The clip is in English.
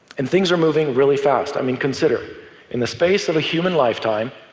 and things are moving really fast. i mean, consider in the space of a human lifetime,